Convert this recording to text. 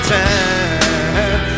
time